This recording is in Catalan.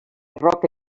roca